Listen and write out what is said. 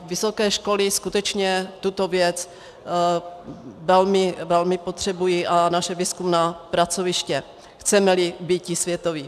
Vysoké školy skutečně tuto věc velmi potřebují, a naše výzkumná pracoviště, chcemeli býti světoví.